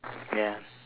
ya